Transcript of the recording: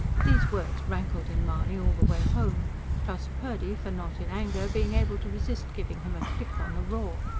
these words rankled in mahony all the way home trust purdy for not, in anger, being able to resist giving him a flick on the raw.